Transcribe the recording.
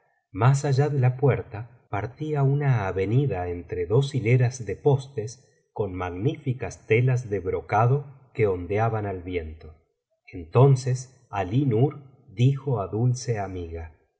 más allá de la puerta partía una avenida entre dos hileras de postes con magníficas telas de brocado que ondeaban al viento entonces alí nur dijo á dulce amiga